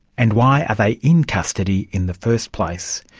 and why are they in custody in the first place?